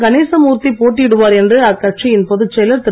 கணேசமூர்த்தி போட்டியிடுவார் என்று அக்கட்சியின் பொதுச் செயலர் திரு